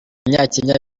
abanyakenya